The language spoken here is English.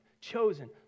chosen